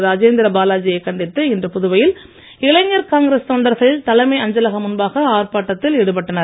ராஜேந்திர பாலாஜியை கண்டித்து இன்று புதுவையில் இளைஞர் காங்கிரஸ் தொண்டர்கள் தலைமை அஞ்சலகம் முன்பாக ஆர்ப்பாட்டத்தில் ஈடுபட்டனர்